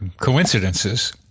coincidences